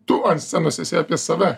tu ant scenos esi apie save